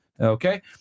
Okay